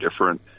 different